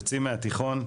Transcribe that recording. יוצאים מהתיכון,